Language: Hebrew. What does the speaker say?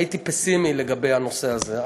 הייתי פסימי לגבי הנושא הזה.